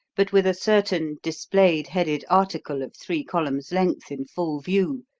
but with a certain displayed-headed article of three columns length in full view,